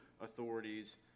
authorities